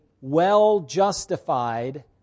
well-justified